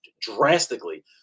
drastically